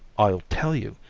i'll tell you,